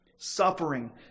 Suffering